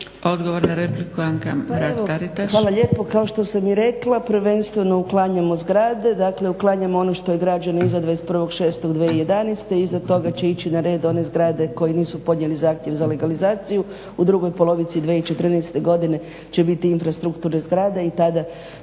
**Mrak-Taritaš, Anka (HNS)** Pa evo hvala lijepo. Kao što sam i rekla prvenstveno uklanjamo zgrade, dakle uklanjamo ono što je građeno iza 21.6.2011. Iza toga će ići na red one zgrade koji nisu podnijeli zahtjev za legalizaciju. U drugoj polovici 2014. godine će biti infrastrukturne zgrade i tada,